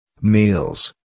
Meals